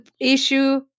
issue